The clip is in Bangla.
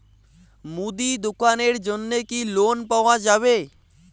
মুদি দোকানের জন্যে কি লোন পাওয়া যাবে?